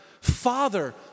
Father